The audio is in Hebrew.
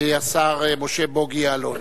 השר משה בוגי יעלון.